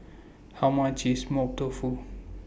How much IS Mapo Tofu